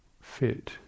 fit